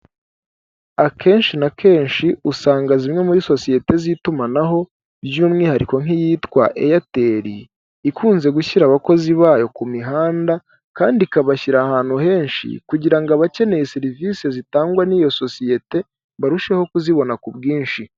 Akenshi na kenshi, usanga zimwe muri sosiyete z'itumanaho, by'umwihariko nk'iyitwa Airtel, ikunze gushyira abakozi bayo ku mihanda kandi ikabashyira ahantu henshi kugira ngo abakeneye serivisi zitangwa n'iyo sosiyete, barusheho kuzibona ku bwinshi.